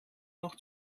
noch